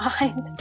mind